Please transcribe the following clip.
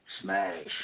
Smash